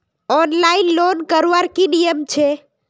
Online loan करवार नियम की छे?